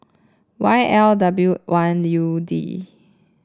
Y L W one U D